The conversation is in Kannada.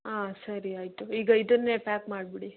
ಹಾಂ ಸರಿ ಆಯಿತು ಈಗ ಇದನ್ನೇ ಪ್ಯಾಕ್ ಮಾಡಿಬಿಡಿ